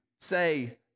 say